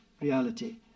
reality